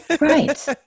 right